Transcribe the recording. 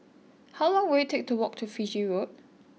how long will it take to walk to Fiji Road